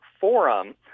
forum